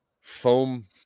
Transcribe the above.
foam